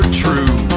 true